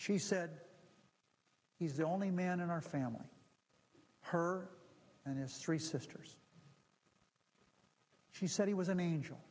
she said he's the only man in our family her and his three sisters she said he was an angel